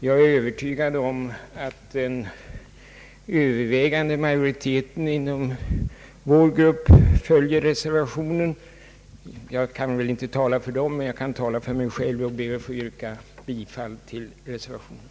Jag är övertygad om att den övervägande majoriteten inom vår grupp följer reservationen. Jag kan visserligen inte tala för dem utan bara för mig själv när jag nu ber att få yrka bifall till reservationen.